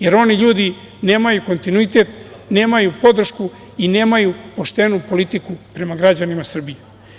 Jer, oni ljudi nemaju kontinuitet, nemaju podršku i nemaju poštenu politiku prema građanima Srbije.